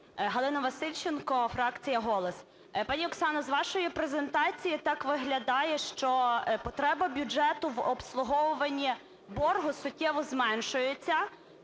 Галина Васильченко, фракція "Голос". Пані Оксана, з вашої презентації так виглядає, що потреба бюджету в обслуговуванні боргу суттєво зменшується,